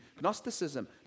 Gnosticism